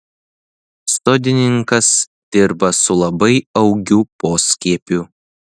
sodininkas dirba su labai augiu poskiepiu